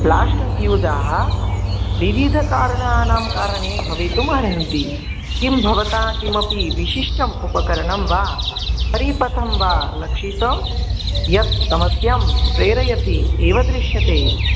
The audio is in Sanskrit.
ब्लाश्ट्फ़्यूज़ः विविधकारणानां कारणे भवितुम् अर्हन्ति किं भवता किमपि विशिष्टम् उपकरणं वा तर्हि प्रथमं वा लक्षितं यत् समस्यां प्रेरयति इव दृश्यते